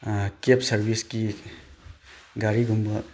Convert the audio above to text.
ꯀꯦꯞ ꯁꯥꯔꯕꯤꯁꯀꯤ ꯒꯥꯔꯤꯒꯨꯝꯕ